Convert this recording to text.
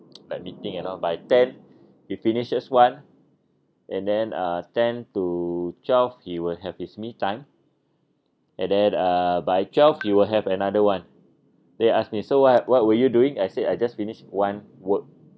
like meeting and all by ten he finishes one and then uh ten to twelve will have his me time and then uh by twelve he will have another one then he ask me so what what were you doing I said I just finished one work